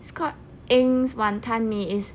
scott eng's wanton mee is